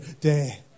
day